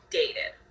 dated